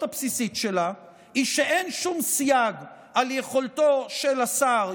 הבסיסית שלה היא שאין שום סייג על יכולתו של השר,